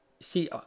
see